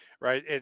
Right